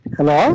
Hello